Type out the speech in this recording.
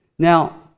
Now